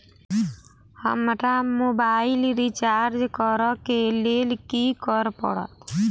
हमरा mobile recharge करऽ केँ लेल की करऽ पड़त?